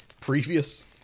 previous